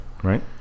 Right